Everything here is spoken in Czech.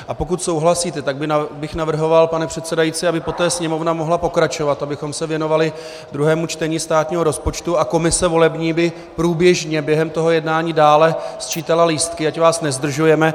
A pokud souhlasíte, tak bych navrhoval, pane předsedající, aby poté Sněmovna mohla pokračovat, abychom se věnovali druhému čtení státního rozpočtu a volební komise by průběžně během toho jednání dále sčítala lístky, ať vás nezdržujeme.